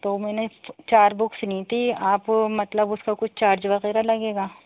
تو میں نے چار بکس لی تھیں آپ مطلب اس کا کچھ چارج وغیرہ لگے گا